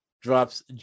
drops